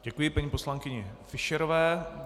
Děkuji paní poslankyni Fischerové.